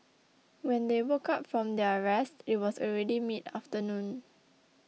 when they woke up from their rest it was already midafternoon